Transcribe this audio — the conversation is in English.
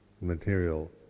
material